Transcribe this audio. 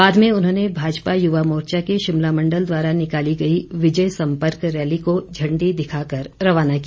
बाद में उन्होंने भाजपा युवा मोर्चा के शिमला मंडल द्वारा निकाली गई विजय सम्पर्क रैली को झण्डी दिखाकर रवाना किया